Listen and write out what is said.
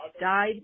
died